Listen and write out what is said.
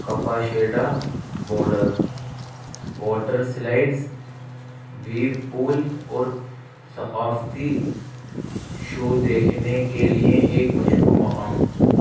کپاشیڈا border water slides wave pool اور ثقافتی show دیکھنے کے لیے ایک مشہور مقام